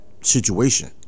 situation